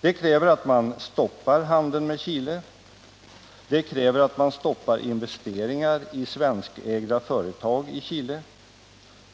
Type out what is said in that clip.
Det kräver att man stoppar handeln med Chile, att man stoppar investeringar i svenskägda företag i Chile